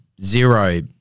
Zero